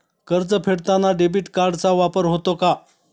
कर्ज फेडताना डेबिट कार्डचा वापर होतो का?